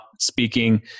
speaking